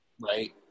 Right